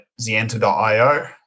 zienta.io